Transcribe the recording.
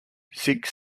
six